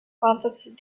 planted